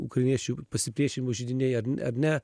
ukrainiečių pasipriešinimų židiniai ar ar ne